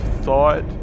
thought